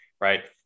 Right